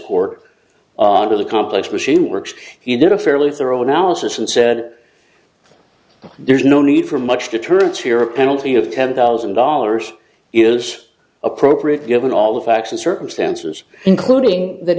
court on really complex machine works he did a fairly thorough analysis and said there's no need for much deterrence here a penalty of ten thousand dollars is appropriate given all the facts and circumstances including that